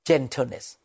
Gentleness